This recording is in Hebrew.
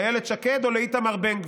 לאילת שקד או לאיתמר בן גביר?